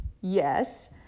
Yes